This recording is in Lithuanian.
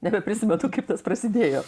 nebeprisimenu kaip tas prasidėjo